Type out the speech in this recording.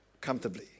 comfortably